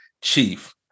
Chief